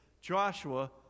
Joshua